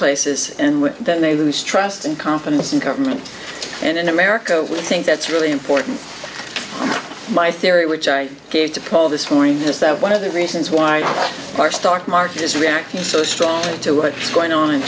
places and what then they lose trust and confidence in government and in america we think that's really important my theory which i gave to call this morning is that one of the reasons why our stock market is reacting so strongly to what's going on in